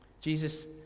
Jesus